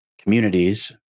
communities